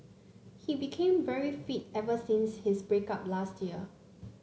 he became very fit ever since his break up last year